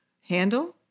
handle